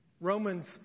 Romans